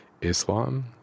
Islam